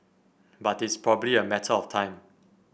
but it's probably a matter of time